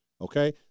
Okay